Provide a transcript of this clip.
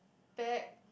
back